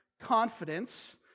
confidence